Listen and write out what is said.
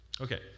Okay